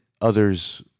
Others